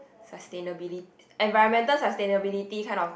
sustainabili~ environmental sustainability kind of